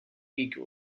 league